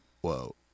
whoa